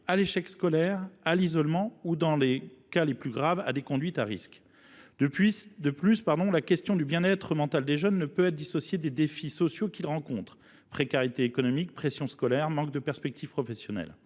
à l’échec scolaire, à l’isolement ou, dans les cas les plus graves, à des conduites à risque. Au surplus, la question du bien être mental des jeunes ne peut être dissociée des défis sociaux auxquels ils sont confrontés : précarité économique, pression scolaire, manque de perspectives professionnelles…